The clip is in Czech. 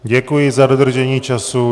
Děkuji za dodržení času.